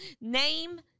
Name